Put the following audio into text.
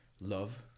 love